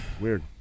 Weird